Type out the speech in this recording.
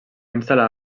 instal·lar